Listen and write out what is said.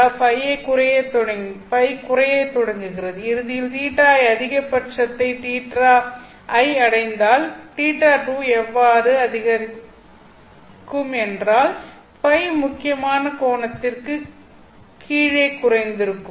அதாவது Ø குறையத் தொடங்குகிறது இறுதியில் θi அதிகபட்சத்தை θi அடைந்தால் θ2 எவ்வாறு அதிகரித்திருக்கும் என்றால் Ø முக்கியமான கோணத்திற்கும் கீழே குறைந்திருக்கும்